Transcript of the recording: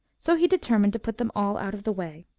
so he determined to put them all out of the way.